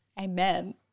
amen